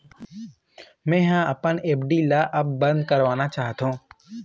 मै ह अपन एफ.डी ला अब बंद करवाना चाहथों